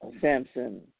Samson